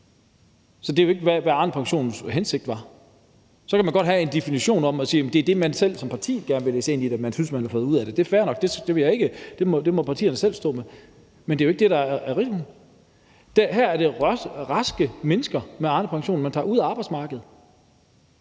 Så det er jo ikke, hvad Arnepensionens hensigt var. Så kan man godt have en anden definition og sige, at det er det, man som parti gerne vil læse ind i det, og som man synes man har fået ud af det. Det er fair nok; det må partierne selv stå med. Men det er jo ikke det, der er risikoen. Her er det raske mennesker, man med Arnepensionen tager ud af arbejdsmarkedet,